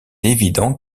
évident